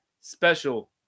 special